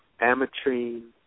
Ametrine